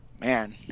Man